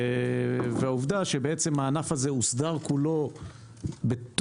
והעובדה שבעצם הענף הזה הוסדר כולו בתוך,